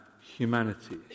humanity